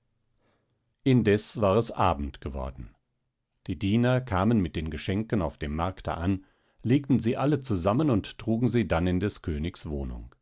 indes war es abend geworden die diener kamen mit den geschenken auf dem markte an legten sie alle zusammen und trugen sie dann in des königs